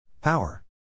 Power